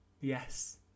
Yes